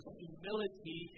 humility